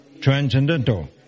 transcendental